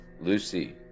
Lucy